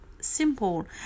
simple